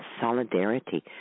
solidarity